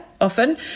often